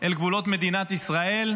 אל גבולות מדינת ישראל,